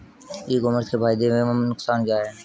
ई commerce के फायदे एवं नुकसान क्या हैं?